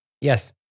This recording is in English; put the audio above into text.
Yes